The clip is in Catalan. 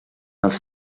els